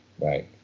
Right